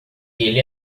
ele